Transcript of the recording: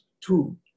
two